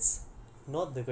that's the question right